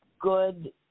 good